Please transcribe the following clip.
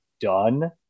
done